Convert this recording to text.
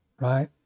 right